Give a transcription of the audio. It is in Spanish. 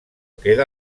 queda